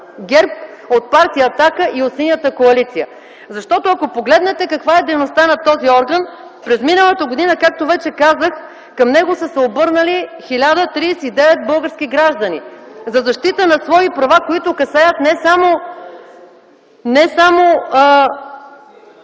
от партия „Атака” и от Синята коалиция? Ако погледнете каква е дейността на този орган през миналата година, както вече казах, към него са се обърнали 1039 български граждани за защита на свои права, които касаят не само